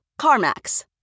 CarMax